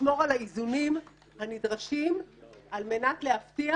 לשמור על האיזונים הנדרשים על מנת להבטיח